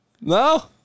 No